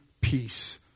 peace